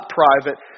private